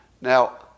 Now